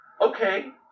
okay